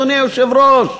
אדוני היושב-ראש.